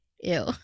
Ew